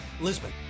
Lisbon